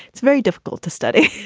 it's very difficult to study.